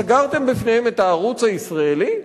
סגרתם בפניהם את הערוץ הישראלי,